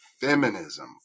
Feminism